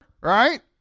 right